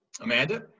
Amanda